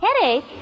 Headache